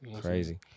Crazy